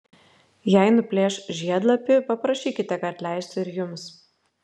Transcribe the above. jei nuplėš žiedlapį paprašykite kad leistų ir jums